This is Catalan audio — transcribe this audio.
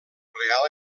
reial